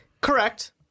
Correct